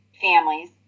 families